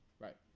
Right